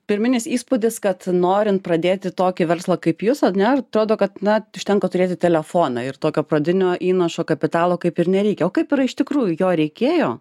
pirminis įspūdis kad norint pradėti tokį verslą kaip jūs ar ne atrodo kad na užtenka turėti telefoną ir tokio pradinio įnašo kapitalo kaip ir nereikia o kaip yra iš tikrųjų jo reikėjo